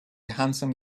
handsome